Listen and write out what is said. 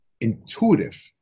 intuitive